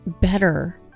better